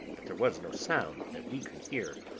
but there was no sound that we could hear.